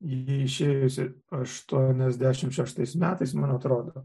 ji išėjusi aštuoniasdešimt šeštais metais man atrodo